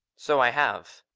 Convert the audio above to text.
so i have.